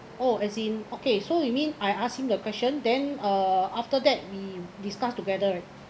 oh as in okay so you mean I asked him the question then uh after that we discuss together right